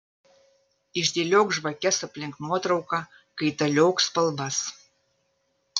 išdėliok žvakes aplink nuotrauką kaitaliok spalvas